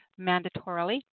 mandatorily